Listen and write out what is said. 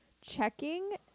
checking